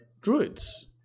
Druids